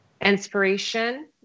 inspiration